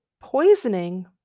poisoning